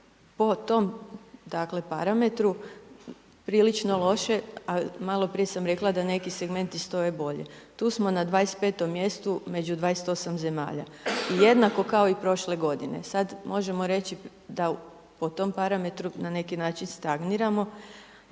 dakle parametru prilično loše a malo prije sam rekla da neki segmenti stoje bolje. Tu smo na 25.-om mjestu među 28 zemalja i jednako kao i prošle godine. Sada možemo reći da po tom parametru na neki način stagniramo.